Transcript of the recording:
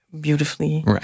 beautifully